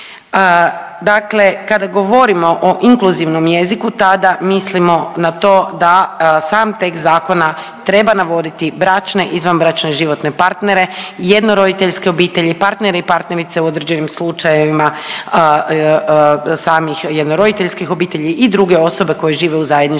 Dakle kada govorimo o inkluzivnom jeziku, tada mislimo na to da sam tekst zakona treba navoditi bračne, izvanbračne i životne partnere, jednoroditeljske obitelji, partnere i partnerice u određenim slučajevima samih jednoroditeljskih obitelji i druge osobe koje žive u zajedničkom